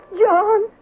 John